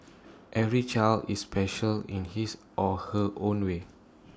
every child is special in his or her own way